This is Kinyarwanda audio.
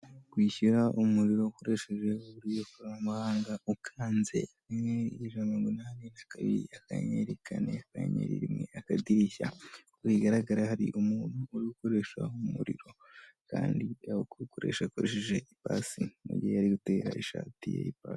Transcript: Kwishyura umuriro ukoresheje uburyo by'ikoranabuhanga ukanze umunani kanyerikanikanyenyeri rimwe akadirishya rigaragara hari umuntu urikoresha umuriro kandikoresha akoresheje ipasi mugihe yari utera ishati ye'pata.